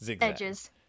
edges